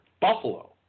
buffalo